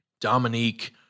Dominique